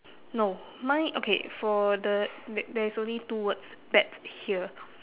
no mine okay for the th~ there is only two words bet here